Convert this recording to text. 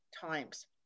times